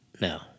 No